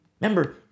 Remember